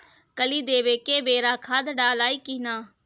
कली देवे के बेरा खाद डालाई कि न?